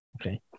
Okay